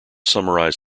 summarize